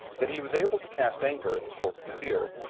that he was able to cast anchor in port desire,